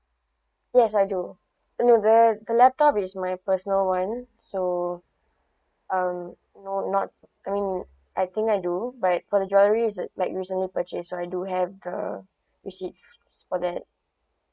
yes I do I mean the the laptop is my personal [one] so um no not I mean I think I do but for the jewellery is like recently purchased so I do have the receipt for that